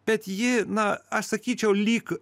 bet ji na aš sakyčiau lyg